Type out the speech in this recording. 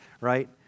right